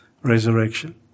resurrection